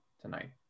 tonight